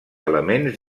elements